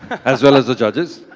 as well as the judges.